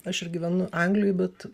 aš ir gyvenu anglijoj bet